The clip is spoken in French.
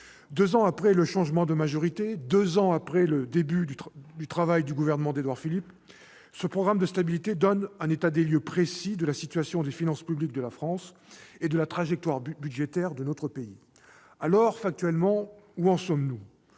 Deux ans après le changement de majorité, deux ans après le début du travail du gouvernement d'Édouard Philippe, ce programme de stabilité donne un état des lieux précis de la situation des finances publiques de la France et de la trajectoire budgétaire de notre pays. Alors, dans les faits, où en sommes-nous ?